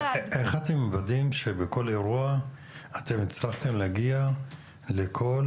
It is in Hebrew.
איך אתם מוודאים שבכל אירוע אתם מצליחים להגיע לכל